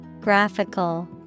Graphical